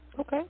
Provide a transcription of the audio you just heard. Okay